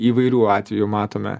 įvairių atvejų matome